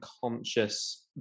conscious